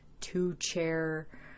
two-chair